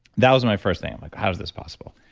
that was my first thing, like how is this possible?